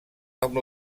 amb